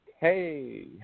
hey